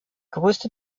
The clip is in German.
größte